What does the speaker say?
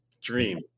Dream